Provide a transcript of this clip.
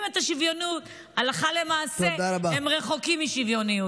דיבורים על רשות חדשה, רשות ישנה, רשות מתחדשת.